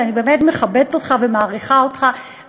ואני באמת מכבדת אותך ומעריכה אותך,